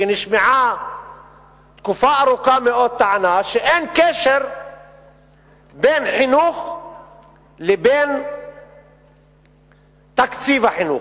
כי תקופה ארוכה מאוד נשמעה טענה שאין קשר בין חינוך לבין תקציב החינוך,